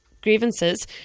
grievances